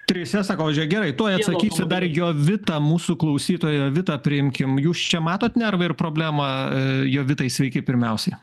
trise sakau gerai tuoj atsakysiu dar jovitą mūsų klausytojo jovitą priimkim jūs čia matot nervą ir problemą jovitai sveiki pirmiausiai